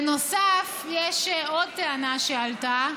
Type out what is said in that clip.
יש עוד טענה שעלתה: